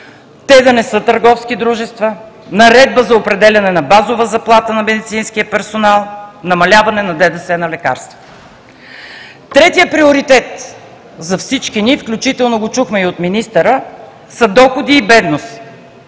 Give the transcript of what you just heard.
те да не са търговски дружества, наредба за определяне на базова заплата на медицинския персонал, намаляване на ДДС на лекарствата. Третият приоритет за всички ни, включително го чухме и от министъра, са доходи и бедност.